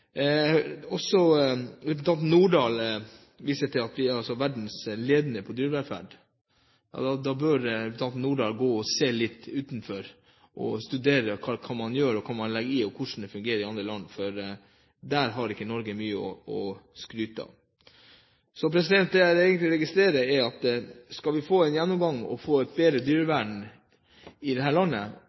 representanten Lange Nordahl, som viser til at vi er verdensledende på dyrevelferd. Da bør representanten se litt ut og studere hva man gjør, hva man legger i det, hvordan det fungerer i andre land, for her har ikke Norge mye å skryte av. Det jeg egentlig registrerer, er at skal vi få en gjennomgang og få et bedre dyrevern i dette landet,